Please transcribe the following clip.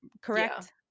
correct